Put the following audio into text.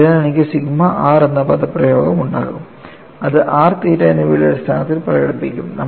അതിനാൽ എനിക്ക് sigma r എന്ന പദപ്രയോഗം ഉണ്ടാകും അത് r തീറ്റ എന്നിവയുടെ അടിസ്ഥാനത്തിൽ പ്രകടിപ്പിക്കും